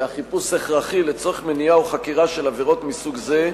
והחיפוש הכרחי לצורך מניעה או חקירה של עבירות מסוג זה,